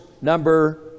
number